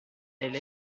elle